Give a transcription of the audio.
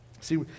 See